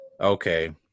Okay